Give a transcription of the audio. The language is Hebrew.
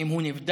האם הוא נבדק?